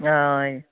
हय